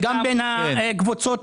בין קבוצות